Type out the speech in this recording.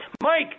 Mike